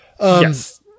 yes